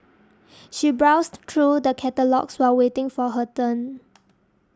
she browsed through the catalogues while waiting for her turn